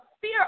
fear